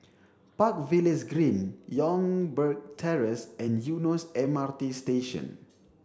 park Villas Green Youngberg Terrace and Eunos M R T Station